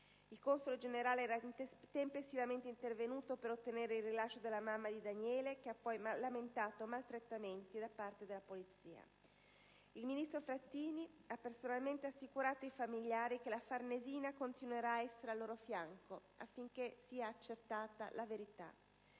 Il console generale era tempestivamente intervenuto per ottenere il rilascio della mamma di Daniele, che ha poi lamentato maltrattamenti della polizia. Il ministro Frattini ha personalmente assicurato ai familiari che la Farnesina continuerà ad essere al loro fianco affinché sia accertata la verità.